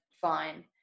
fine